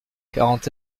quarante